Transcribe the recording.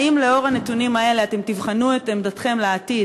האם לאור הנתונים האלה אתם תבחנו את עמדתכם לעתיד,